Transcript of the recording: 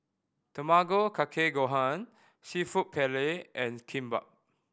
Tamago Kake Gohan Seafood Paella and Kimbap